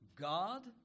God